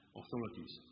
authorities